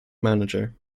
manager